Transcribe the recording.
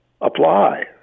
Apply